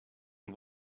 and